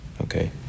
okay